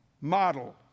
model